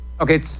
Okay